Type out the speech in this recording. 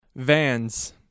Vans